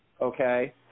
okay